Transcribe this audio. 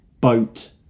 Boat